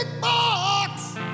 box